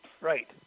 Right